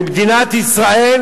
במדינת ישראל,